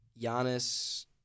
Giannis